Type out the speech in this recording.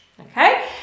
Okay